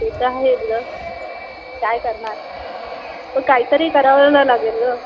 ते तर आहेच गं काय करणार पं काहीतरी करायला लागेल गं